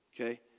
Okay